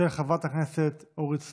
של חברת הכנסת אורית סטרוק: